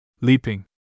Leaping